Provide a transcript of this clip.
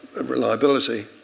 reliability